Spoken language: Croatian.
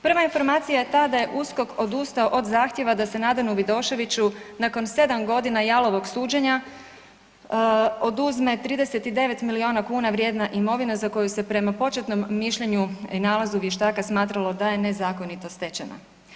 Prva informacija je ta da je USKOK odustao od zahtjeva da se Nadanu Vidoševiću nakon 7.g. jalovog suđenja oduzme 39 milijuna kuna vrijedna imovina za koju se prema početnom mišljenju i nalazu vještaka smatralo da je nezakonito stečena.